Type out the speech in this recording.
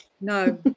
no